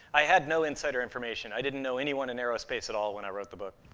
i had no insider information. i didn't know anyone in aerospace at all when i wrote the book.